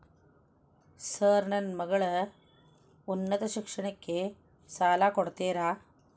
Sir ನನ್ನ ಮಗಳ ಉನ್ನತ ಶಿಕ್ಷಣಕ್ಕೆ ಸಾಲ ಕೊಡುತ್ತೇರಾ?